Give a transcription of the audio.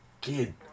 Kid